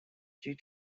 due